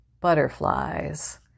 Butterflies